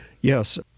yes